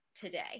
today